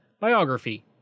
Biography